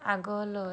আগলৈ